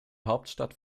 hauptstadt